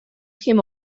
came